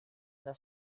das